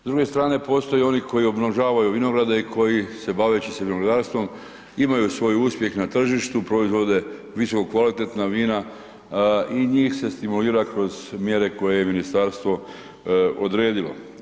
S druge strane postoje oni koji umnožavaju vinograde i koji se baveći se vinogradarstvom imaju svoj uspjeh na tržištu, proizvode visoko kvalitetna vina i njih se stimulira kroz mjere koje je ministarstvo odredilo.